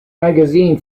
magazine